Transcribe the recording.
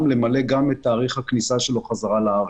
למלא את תאריך הכניסה שלו בחזרה לארץ.